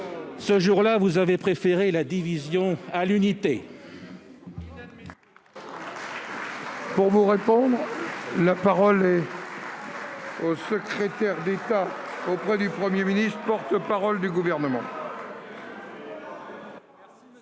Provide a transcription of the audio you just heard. Ce jour-là, vous avez préféré la division à l'unité.